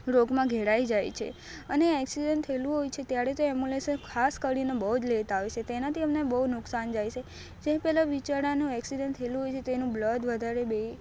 રોગમાં ઘેરાઈ જાય છે અને એક્સિદન્ત થયેલું હોય છે ત્યારે તો એમબુલેસન ખાસ કરીને બહુ જ લેત આવે છે તેનાથી અમને બહુ નુકસાન જાય છે જે પેલા બીચારાનું એક્સિદન્ત થયેલું છે તેનું બ્લદ વધારે